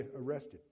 arrested